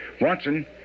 Watson